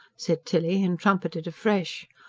said tilly, and trumpeted afresh.